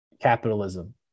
capitalism